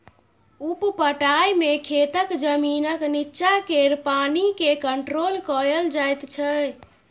उप पटाइ मे खेतक जमीनक नीच्चाँ केर पानि केँ कंट्रोल कएल जाइत छै